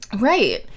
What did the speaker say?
Right